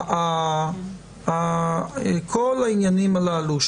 אל כל העניינים הללו,